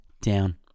down